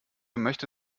möchte